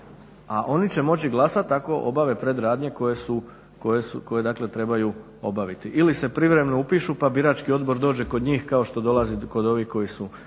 a oni će moći glasati ako obave predradnje koje trebaju obaviti ili se privremeno upišu pa birački odbor dođe kod njih kao i kod ovih koji su